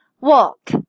Walk